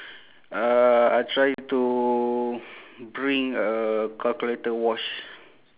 uh I try to bring a calculator watch